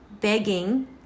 begging